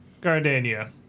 Gardania